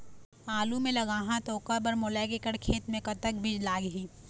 आलू मे लगाहा त ओकर बर मोला एक एकड़ खेत मे कतक बीज लाग ही?